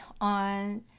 on